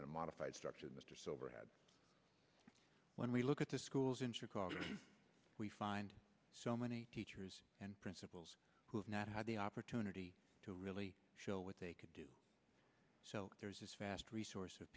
structure a modified structured mr sober when we look at the schools in chicago we find so many teachers and principals who have not had the opportunity to really show what they could do so there's this vast resources of